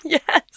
Yes